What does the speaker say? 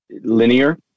linear